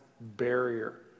barrier